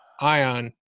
ion